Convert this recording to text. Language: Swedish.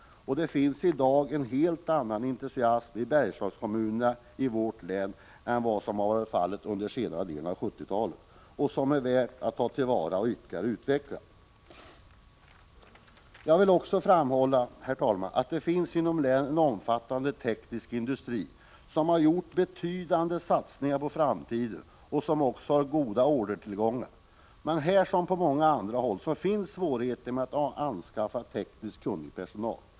Det finns i dag en helt annan entusiasm i Bergslagskommunerna i vårt län än vad som var fallet under senare delen av 1970-talet, en entusiasm som det finns all anledning att ta till vara och ytterligare utveckla. Jag vill också framhålla att det inom vårt län finns en omfattande teknisk industri som har gjort betydande satsningar på framtiden och som har goda ordertillgångar. Men här som på många andra håll finns svårigheter med att anskaffa tekniskt kunnig personal.